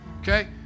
Okay